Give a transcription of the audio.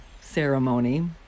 ceremony